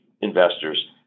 investors